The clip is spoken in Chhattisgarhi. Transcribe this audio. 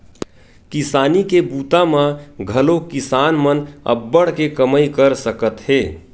किसानी के बूता म घलोक किसान मन अब्बड़ के कमई कर सकत हे